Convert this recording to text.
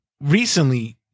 recently